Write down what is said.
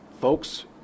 folks